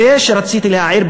זה מה שרציתי להעיר,